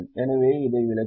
எனவே இதை விளக்குகிறேன்